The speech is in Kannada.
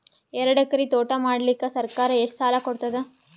ಎರಡು ಎಕರಿ ತೋಟ ಮಾಡಲಿಕ್ಕ ಸರ್ಕಾರ ಎಷ್ಟ ಸಾಲ ಕೊಡತದ?